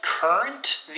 Current